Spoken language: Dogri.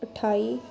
ठाई